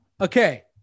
okay